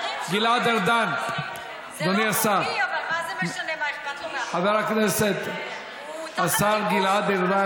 2. אתה לא תתנה את העמדות הפוליטיות שלי בסוגיות אזרחיות כמו שאתה רוצה.